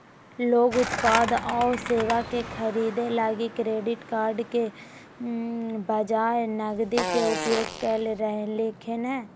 लोग उत्पाद आऊ सेवा के खरीदे लगी क्रेडिट कार्ड के बजाए नकदी के उपयोग कर रहलखिन हें